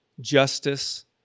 Justice